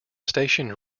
station